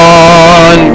on